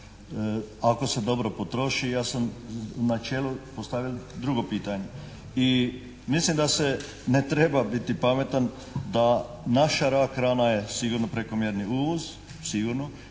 ako se dobro potroši ja sam u načelu postavio drugo pitanje. I mislim da se ne treba biti pametan da naša rak rana je sigurno prekomjerni uvoz, sigurno,